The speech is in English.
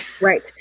Right